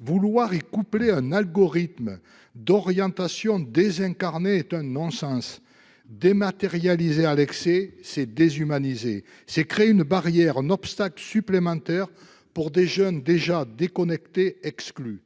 Vouloir les coupler à un algorithme d'orientation désincarné est un non-sens. Dématérialiser à l'excès, c'est déshumaniser, créer une barrière, un obstacle supplémentaire, pour des jeunes déjà déconnectés, exclus.